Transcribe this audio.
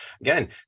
Again